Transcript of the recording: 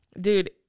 Dude